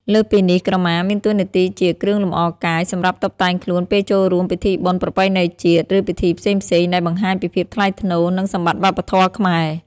លើសពីនេះ ក្រមាមានតួនាទីជា គ្រឿងលម្អកាយ សម្រាប់តុបតែងខ្លួនពេលចូលរួមពិធីបុណ្យប្រពៃណីជាតិ ឬពិធីផ្សេងៗ ដែលបង្ហាញពីភាពថ្លៃថ្នូរ និងសម្បត្តិវប្បធម៌ខ្មែរ។